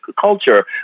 culture